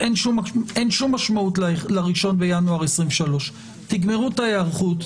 אין שום משמעות ל-1 בינואר 2023. תגמרו את ההיערכות,